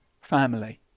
family